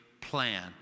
plan